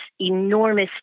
enormous